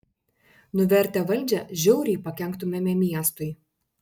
nuvertę valdžią žiauriai pakenktumėme miestui